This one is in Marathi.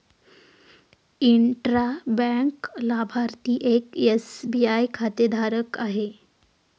इंट्रा बँक लाभार्थी एक एस.बी.आय खातेधारक आहे